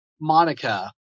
Monica